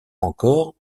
encore